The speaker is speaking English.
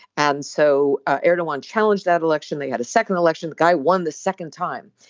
and so erdogan challenged that election they had a second election the guy won the second time.